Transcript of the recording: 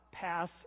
pass